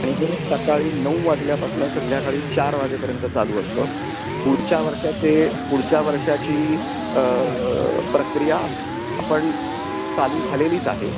आणि हे सकाळी नऊ वाजल्यापासून संध्याकाळी चार वाजेपर्यंत चालू असतं पुढच्या वर्षाचे पुढच्या वर्षाची प्रक्रिया आपण चालू झालेलीच आहे